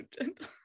gentle